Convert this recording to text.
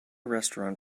restaurant